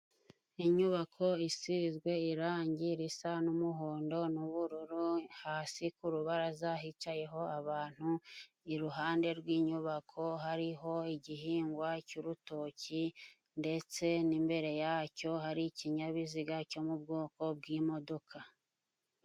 Inyubako isizwe irangi risa n'umuhondo n'ubururu. Hasi ku rubaraza hicayeho abantu. Iruhande rw'inyubako hariho igihingwa cy'urutoki, ndetse n'imbere yacyo hari ikinyabiziga cyo mu bwoko bw'imodoka.